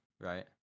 right